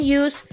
use